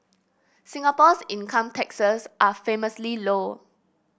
Singapore's income taxes are famously low